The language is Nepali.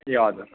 ए हजुर